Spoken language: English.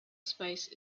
space